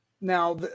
Now